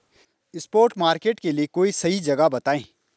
spot market के लिए कोई सही जगह बताएं